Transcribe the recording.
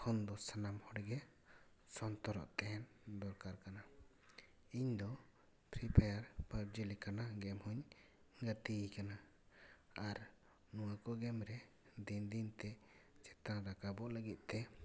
ᱠᱷᱚᱱ ᱫᱚ ᱥᱟᱱᱟᱢ ᱦᱚᱲ ᱜᱮ ᱥᱚᱱᱛᱚᱨᱚᱜ ᱛᱟᱦᱮᱱ ᱫᱚᱨᱠᱟᱨ ᱠᱟᱱᱟ ᱤᱧ ᱫᱚ ᱯᱷᱨᱤ ᱯᱷᱟᱭᱟᱨ ᱯᱟᱵᱽᱡᱤ ᱞᱮᱠᱟᱱᱟᱜ ᱜᱮᱢ ᱦᱚᱹᱧ ᱜᱟᱛᱮ ᱟᱠᱟᱱᱟ ᱟᱨ ᱱᱚᱣᱟ ᱠᱚ ᱜᱮᱢ ᱨᱮ ᱫᱤᱱ ᱫᱤᱱ ᱛᱮ ᱪᱮᱛᱟᱱ ᱨᱟᱠᱟᱵᱚᱜ ᱞᱟᱹᱜᱤᱫ ᱛᱮ